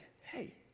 hey